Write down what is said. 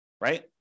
right